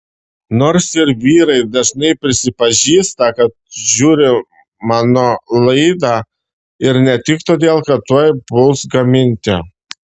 nors ir vyrai dažnai prisipažįsta kad žiūri mano laidą ir ne tik todėl kad tuoj puls gaminti